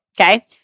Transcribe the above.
okay